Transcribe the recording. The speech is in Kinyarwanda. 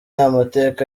amateka